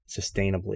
sustainably